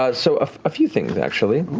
ah so a few things, actually.